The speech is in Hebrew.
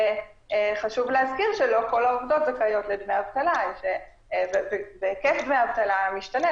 חשוב להזכיר שלא כל העובדות זכאיות לדמי אבטלה והיקף דמי האבטלה משתנה.